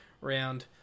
round